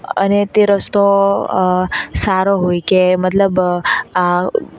અને તે રસ્તો સારો હોય કે મતલબ આ